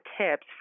tips